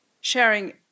sharing